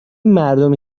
مردمی